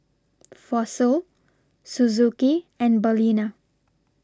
Fossil Suzuki and Balina